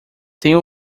tendo